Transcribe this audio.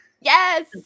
Yes